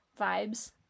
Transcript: vibes